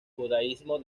judaísmo